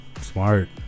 Smart